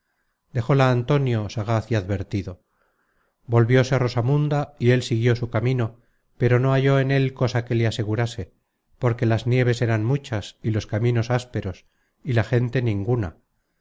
lágrimas dejóla antonio sagaz y advertido volvióse rosamunda y él siguió su camino pero no halló en él cosa que le asegurase porque las nieves eran muchas y los caminos ásperos y la gente ninguna